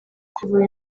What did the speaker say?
kuvura